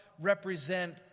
represent